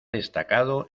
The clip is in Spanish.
destacado